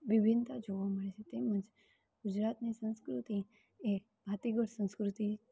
વિભિન્નતા જોવા મળે છે તેમજ ગુજરાતની સંસ્કૃતિ એ ભાતીગળ સંસ્કૃતિ